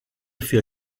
für